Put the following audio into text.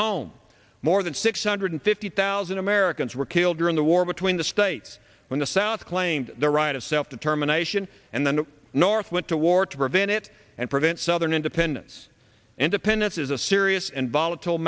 home more than six hundred fifty thousand americans were killed during the war between the states when the south claimed the right of self determination and then the north went to war to prevent it and prevent southern independence independence is a serious and volatile